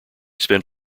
spent